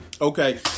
okay